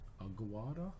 Aguada